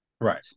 Right